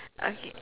okay